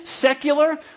secular